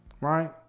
right